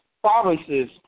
provinces